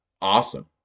awesome